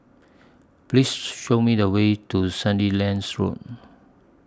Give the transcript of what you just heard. Please Show Me The Way to Sandilands Road